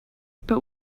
but